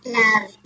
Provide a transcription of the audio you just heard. love